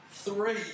Three